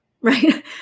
Right